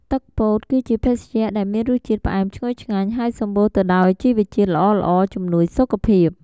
ទឹកពោត គឺជាភេសជ្ជៈដែលមានរសជាតិផ្អែមឈ្ងុយឆ្ងាញ់ ហើយសម្បូរទៅដោយជីវជាតិល្អៗជំនួយសុខភាព។